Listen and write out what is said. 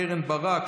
קרן ברק,